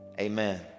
amen